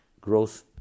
growth